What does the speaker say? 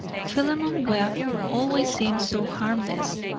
philemon webb always seemed so harmless,